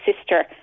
sister